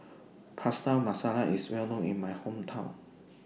Pasta Masala IS Well known in My Hometown